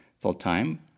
full-time